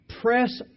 press